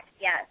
yes